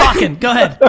talking, go ahead.